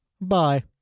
Bye